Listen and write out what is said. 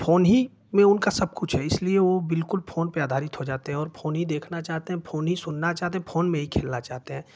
phone ही में उनका सब कुछ है इसलिए वो बिल्कुल फोन पर आधारित हो जाते हैं और फोन ही देखना चाहते हैं फोन ही सुनना चाहते हैं और फोन में ही खेलना चाहते हैं